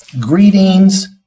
greetings